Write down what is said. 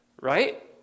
right